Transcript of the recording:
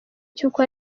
cy’uko